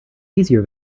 easier